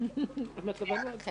מעט מאוד,